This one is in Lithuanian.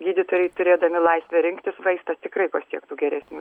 gydytojai turėdami laisvę rinktis vaistą tikrai pasiektų geresnių